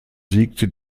siegte